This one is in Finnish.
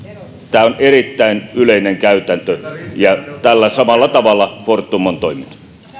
tämä on erittäin yleinen käytäntö ja tällä samalla tavalla fortum on toiminut